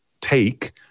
take